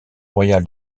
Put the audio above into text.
royales